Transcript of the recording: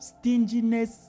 stinginess